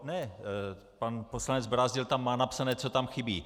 Ne, pan poslanec Brázdil tam má napsané, co tam chybí.